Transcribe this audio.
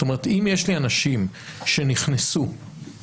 זאת אומרת אם יש לי אנשים שנכנסו ויצאו,